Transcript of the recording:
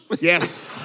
yes